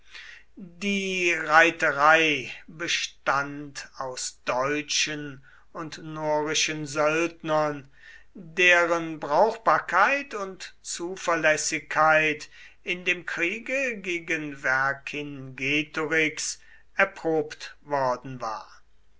die reiterei bestand aus deutschen und norischen söldnern deren brauchbarkeit und zuverlässigkeit in dem kriege gegen vercingetorix erprobt worden war